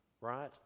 right